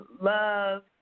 love